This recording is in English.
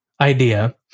idea